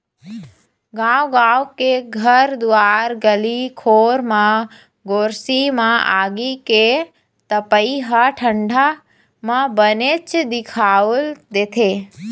गाँव गाँव के घर दुवार गली खोर म गोरसी म आगी के तपई ह ठंडा म बनेच दिखउल देथे